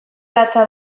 latza